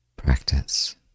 Practice